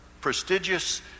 prestigious